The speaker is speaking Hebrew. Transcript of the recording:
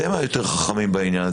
אתם היותר חכמים בעניין.